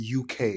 UK